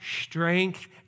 strength